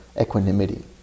equanimity